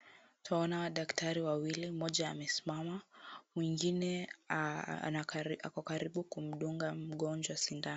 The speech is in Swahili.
Twaona madaktari wawili, mmoja amesimama. Mwingine ako karibu kumdunga mgonjwa sindano.